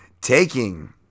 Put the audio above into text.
taking